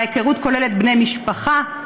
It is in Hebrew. ההיכרות כוללת בני משפחה,